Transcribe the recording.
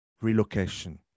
Relocation